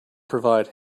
provide